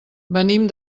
venim